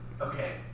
Okay